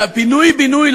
הפינוי-בינוי,